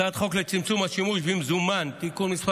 הצעת חוק לצמצום השימוש במזומן (תיקון מס'